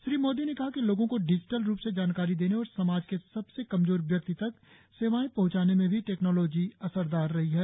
श्री मोदी ने कहा कि लोगों को डिजिटल रूप में जानकारी देने और समाज के सबसे कमजोर व्यक्ति तक सेवाएं पहुंचाने में भी टैक्नोलोजी असरदार रही है